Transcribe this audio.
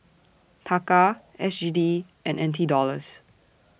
Taka S G D and N T Dollars